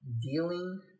Dealing